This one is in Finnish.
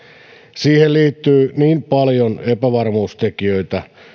siihen liittyy niin paljon epävarmuustekijöitä